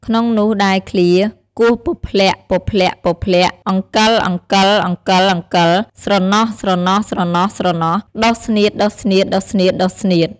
ក្នុងនោះដែរឃ្លា «គោះពព្លាក់ៗៗ អង្កិលៗៗៗ ស្រណោះៗៗៗ ដុះស្នៀតៗៗៗ» ។